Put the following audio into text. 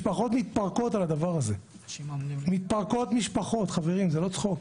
משפחות מתפרקות על הדבר הזה, חברים, זה לא צחוק.